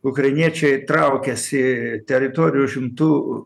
ukrainiečiai traukiasi teritorijų užimtų